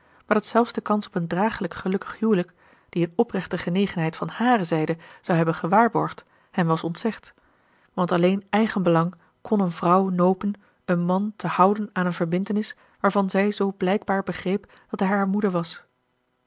maar dat zelfs de kans op een dragelijk gelukkig huwelijk die een oprechte genegenheid van hare zijde zou hebben gewaarborgd hem was ontzegd want alleen eigenbelang kon een vrouw nopen een man te houden aan een verbintenis waarvan zij zoo blijkbaar begreep dat hij haar moede was